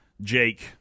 jake